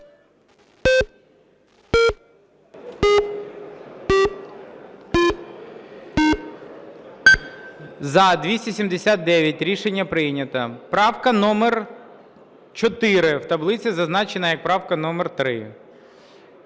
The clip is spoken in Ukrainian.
За-279 Рішення прийнято. Правка номер 4, в таблиці зазначена як правка номер 3.